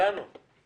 לילדים של כולנו.